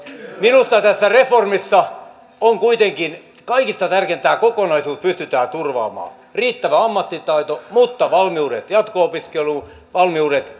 minusta tässä reformissa on kuitenkin kaikista tärkeintä että tämä kokonaisuus pystytään turvaamaan riittävä ammattitaito mutta valmiudet jatko opiskeluun valmiudet